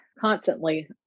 constantly